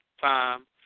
time